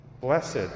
Blessed